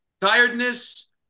Tiredness